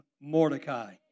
Mordecai